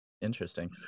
Interesting